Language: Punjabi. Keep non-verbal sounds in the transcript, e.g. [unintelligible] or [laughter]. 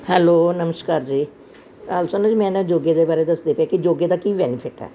ਹੈਲੋ ਨਮਸਕਾਰ ਜੀ [unintelligible] ਮੈਂ ਨਾ ਯੋਗੇ ਦੇ ਬਾਰੇ ਦੱਸਦੇ ਪਏ ਕਿ ਯੋਗੇ ਦਾ ਕੀ ਬੈਨੀਫਿਟ ਹੈ